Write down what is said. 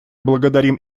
благодарим